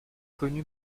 connu